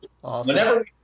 whenever